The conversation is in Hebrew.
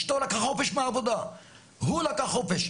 אשתו לקחה חופש מהעבודה והוא לקח חופש.